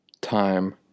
time